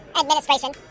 administration